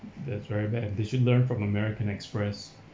that's very bad they should learn from american express